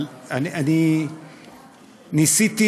אבל ניסיתי,